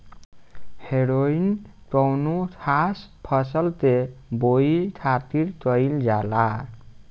हैरोइन कौनो खास फसल के बोआई खातिर कईल जाला